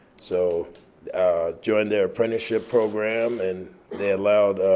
so joined their apprenticeship program and they allowed